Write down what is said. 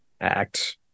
act